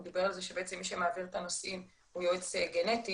הוא דיבר על זה שבעצם מי שמעביר את הנושאים הוא יועץ גנטי,